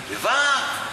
לבד?